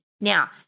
Now